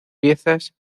piezas